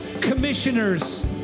commissioners